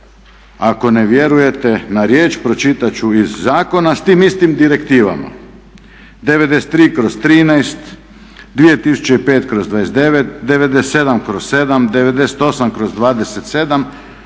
ako ne vjerujte na riječ, pročitati ću iz zakona sa tim istim direktivama 93/13, 2005/29, 97/7, 98/27